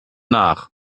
nach